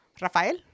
Rafael